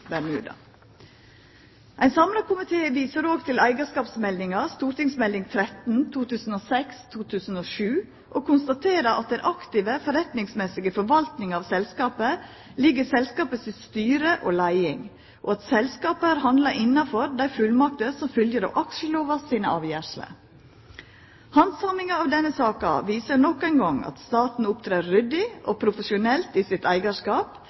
Bermuda. Ein samla komité viser òg til eigarskapsmeldinga, St.meld. nr. 13 for 2006–2007, og konstaterer at den aktive forretningsmessige forvaltninga av selskapet ligg i selskapet sitt styre og selskapet si leiing, og at selskapet har handla innanfor dei fullmaktene som følgjer av aksjelova sine avgjersler. Handsaminga av denne saka viser nok ein gong at staten opptrer ryddig og profesjonelt i sitt eigarskap.